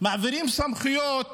מעבירים סמכויות